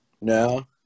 No